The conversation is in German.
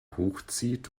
hochzieht